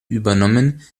übernommen